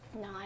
No